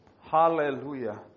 Hallelujah